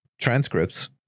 transcripts